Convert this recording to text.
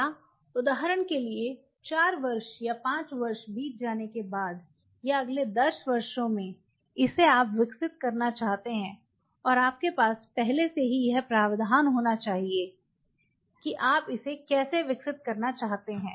या उदाहरण के लिए चार वर्ष या पांच वर्ष बीत जाने के बाद या अगले 10 वर्षों में इसे आप विकसित करना चाहते हैं और आपके पास पहले से ही यह प्रावधान होना चाहिए कि आप इसे कैसे विकसित करना चाहते हैं